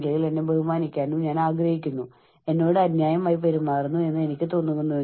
എനിക്ക് സമ്മർദ്ദം സഹിക്കാൻ സാധിക്കും എന്നാൽ വളരെയധികം സമ്മർദ്ദം സഹിക്കാൻ കഴിയില്ല